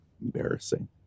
embarrassing